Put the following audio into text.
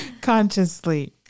Consciously